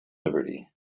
liberty